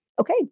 Okay